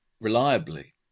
reliably